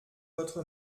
votre